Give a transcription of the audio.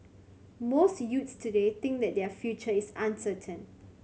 most youths today think that their future is uncertain